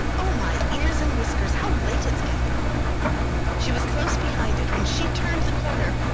oh my ears and whiskers, how late it's getting she was close behind it when she turned the corner,